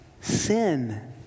sin